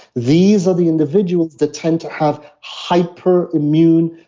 these are the individuals that tend to have hyper immune,